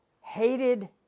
hated